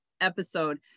episode